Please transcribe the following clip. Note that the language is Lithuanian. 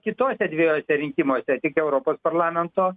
kituose dvejuose rinkimuose tiek europos parlamento